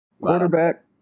Quarterback